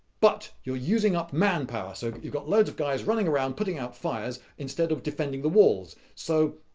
but, you are using up manpower, so you've got loads of guys running around, putting out fires instead of defending the walls. so,